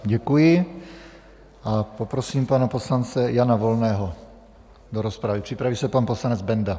Děkuji a poprosím poslance Jana Volného do rozpravy, připraví se poslanec Benda.